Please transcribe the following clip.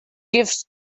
gives